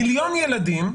מיליון ילדים,